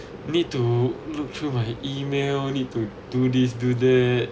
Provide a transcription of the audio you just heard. need to look through my email need to do this do that